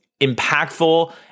impactful